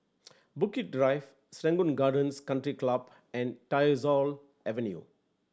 Bukit Drive Serangoon Gardens Country Club and Tyersall Avenue